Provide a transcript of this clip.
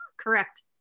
Correct